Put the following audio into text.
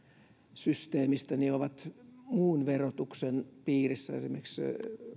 systeemistä ovat muun verotuksen piirissä esimerkiksi